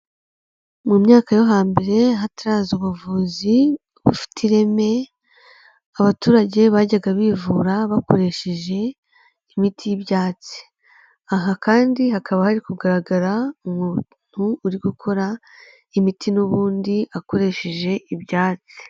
Mu myaka yo hambere hataraza ubuvuzi bufite ireme, abaturage bajyaga bivura bakoresheje imiti y'ibyatsi, aha kandi hakaba hari kugaragara umuntu uri gukora imiti n'ubundi akoresheje ibyatsi.